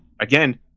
again